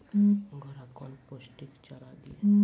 घोड़ा कौन पोस्टिक चारा दिए?